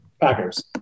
Packers